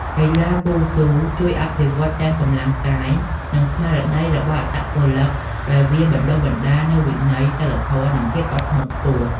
កីឡាវ៉ូស៊ូជួយអភិវឌ្ឍទាំងកម្លាំងកាយ និងស្មារតីរបស់អត្តពលិកដោយវាបានបណ្ដុះនូវវិន័យ សីលធម៌ និងភាពអត់ធ្មត់ខ្ពស់។